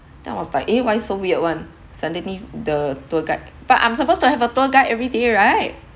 then I was like eh why so weird [one] suddenly the tour guide but I'm supposed to have a tour guide everyday right